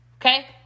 okay